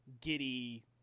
giddy